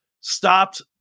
stopped